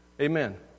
Amen